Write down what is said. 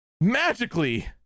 magically